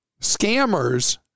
scammers